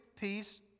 peace